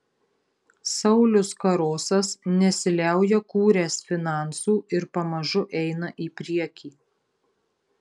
saulius karosas nesiliauja kūręs finansų ir pamažu eina į priekį